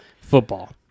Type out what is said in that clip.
football